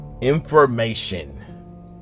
information